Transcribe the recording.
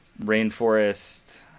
rainforest